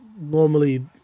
normally